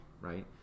Right